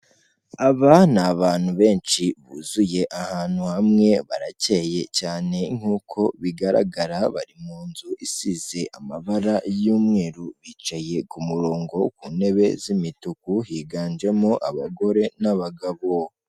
Aba ni abantu benshi buzuye ahantu hamwe barakeye cyane nk'uko bigaragara bari mu nzu isize amabara y'umweru, bicaye ku murongo, ku ntebe z'imituku higanjemo abagore n'abagabo.